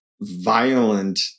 violent